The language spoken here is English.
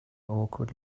awkward